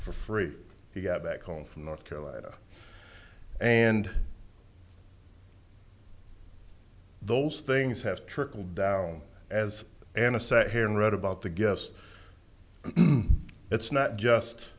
for free to get back home from north carolina and those things have trickled down as an aside i hear and read about the guest it's not just